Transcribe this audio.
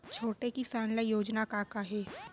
छोटे किसान ल योजना का का हे?